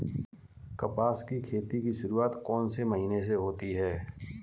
कपास की खेती की शुरुआत कौन से महीने से होती है?